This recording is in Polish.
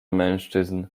mężczyzn